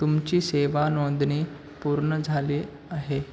तुमची सेवा नोंदणी पूर्ण झाली आहे